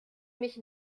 mich